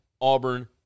Auburn